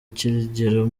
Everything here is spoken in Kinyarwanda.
kigero